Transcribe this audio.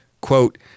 quote